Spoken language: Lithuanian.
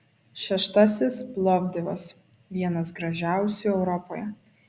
šeštasis plovdivas vienas gražiausių europoje